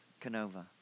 Canova